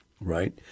right